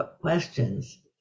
questions